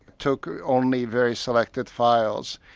took only very selected files,